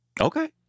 Okay